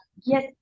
Yes